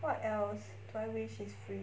what else do I wish is free